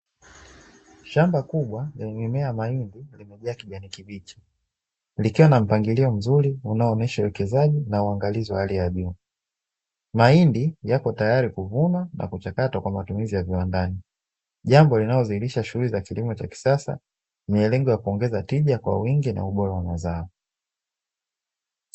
Shamba kubwa la mimea ya mahindi ya kijani kibichi, likiwa nampangilio mzuri unaonyesha uwekezaji na uangalizi wa hali ya juu mahindi yapo tayali kuvunwa na kuchakata kwa matumizi ya viwandani, jambo liunalozihilisha kilimo cha kisasa lenye lengo yakuongeza tija kwa wingi na ubora wa mazao.